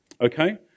Okay